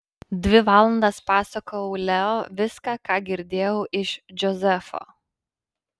dvi valandas pasakojau leo viską ką girdėjau iš džozefo